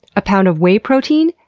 a pound of whey protein,